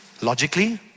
Logically